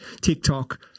TikTok